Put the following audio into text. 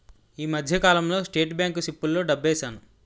ఈ మధ్యకాలంలో state bank సిప్పుల్లో డబ్బేశాను